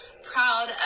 proud